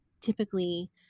typically